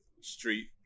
street